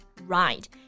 Right